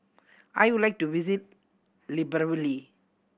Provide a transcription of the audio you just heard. I would like to visit Libreville